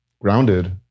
grounded